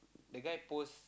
the guy post